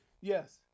yes